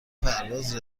پرواز